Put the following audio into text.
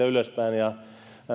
ylöspäin